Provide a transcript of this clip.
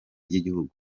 ry’igihugu